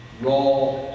raw